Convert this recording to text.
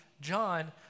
John